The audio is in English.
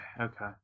okay